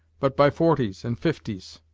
but by forties, and fifties,